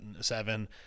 seven